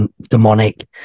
demonic